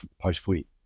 post-footy